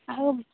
ଆଉ